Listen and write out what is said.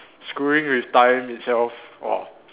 screwing with time itself !whoa!